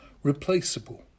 replaceable